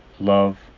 love